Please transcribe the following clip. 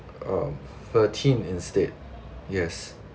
um thirteenth instead yes